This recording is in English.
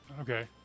Okay